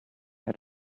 had